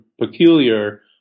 peculiar